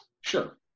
Sure